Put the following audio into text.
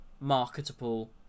marketable